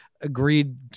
agreed